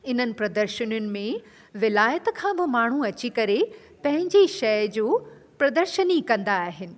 इन्हनि प्रदर्शनुनि में विलायत खां बि माण्हू अची करे पंहिंजी शइ जो प्रदर्शनी कंदा आहिनि